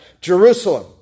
Jerusalem